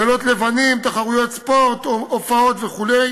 לילות לבנים, תחרויות ספורט, הופעות וכו'.